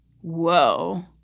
Whoa